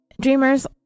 Dreamers